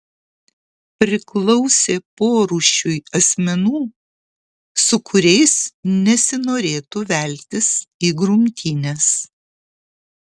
priklausė porūšiui asmenų su kuriais nesinorėtų veltis į grumtynes